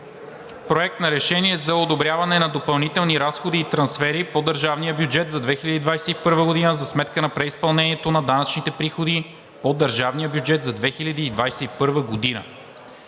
Народното събрание да одобри допълнителни разходи и трансфери по държавния бюджет за 2021 г. за сметка на преизпълнението на данъчните приходи по държавния бюджет за 2021 г.